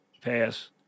pass